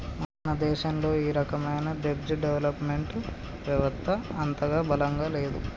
మన దేశంలో ఈ రకమైన దెబ్ట్ డెవలప్ మెంట్ వెవత్త అంతగా బలంగా లేదు